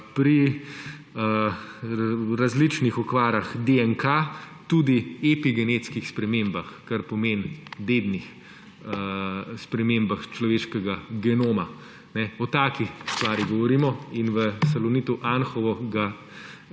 pri različnih okvarah DNK, tudi epigenetskih spremembah, kar pomeni dednih spremembah človeškega genoma. O taki stvari govorimo in v Salonitu Anhovo se